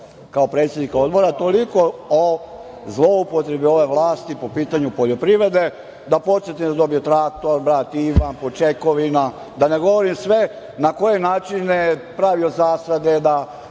kao predsednika Odbora. Toliko o zloupotrebi ove vlasti po pitanju poljoprivrede. Da podsetim, dobio je traktor, Počekovina, da ne govorim sve na koje načine je pravio zasade,